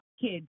kids